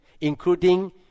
including